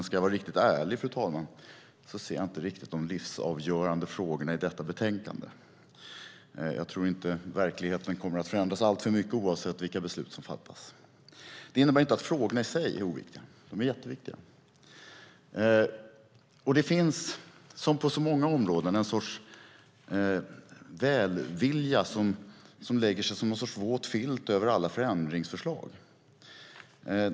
Ska jag vara riktigt ärlig, fru talman, ser jag inte de livsavgörande frågorna i detta betänkande. Jag tror inte att verkligheten kommer att förändras alltför mycket oavsett vilka beslut som fattas. Det innebär inte att frågorna i sig är oviktiga - de är jätteviktiga. Det finns, som på så många områden, en sorts välvilja som lägger sig som en våt filt över alla förändringsförslag.